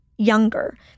younger